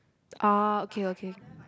oh okay okay